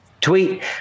tweet